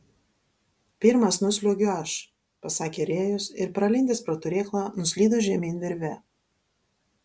pirmas nusliuogiu aš pasakė rėjus ir pralindęs pro turėklą nuslydo žemyn virve